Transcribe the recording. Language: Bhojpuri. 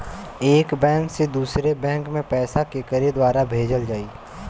एक बैंक से दूसरे बैंक मे पैसा केकरे द्वारा भेजल जाई?